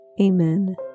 Amen